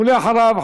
ואחריו,